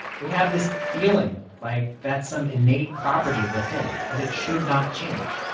we have this feeling like that's some innate property of the thing that it should not change.